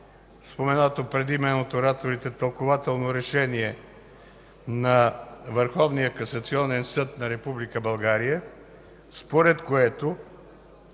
споменато преди мен от ораторите, тълкувателно решение на Върховния касационен съд на Република